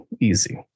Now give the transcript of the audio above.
easy